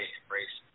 embrace